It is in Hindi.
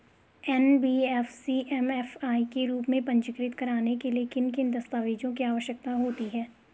एन.बी.एफ.सी एम.एफ.आई के रूप में पंजीकृत कराने के लिए किन किन दस्तावेज़ों की आवश्यकता होती है?